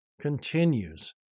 continues